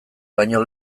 baino